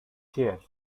chair